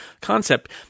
concept